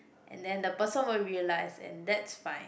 and then the person won't realize and that's fine